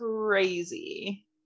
Crazy